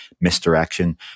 misdirection